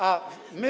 A my.